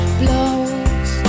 blows